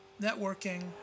networking